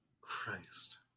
christ